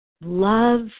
Love